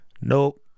Nope